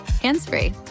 hands-free